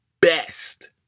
best